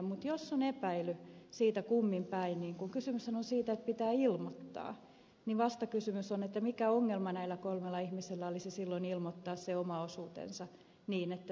mutta jos on epäily siitä kumminpäin niin kun kysymyshän on siitä että pitää ilmoittaa vastakysymys on mikä ongelma näillä kolmella ihmisellä olisi silloin ilmoittaa se oma osuutensa niin että se on jaettu kolmella